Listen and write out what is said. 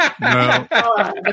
No